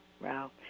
Wow